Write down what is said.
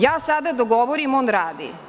Ja sada dok govorim on radi.